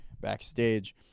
backstage